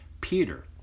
Peter